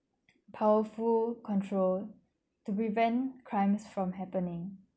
powerful control to prevent crimes from happening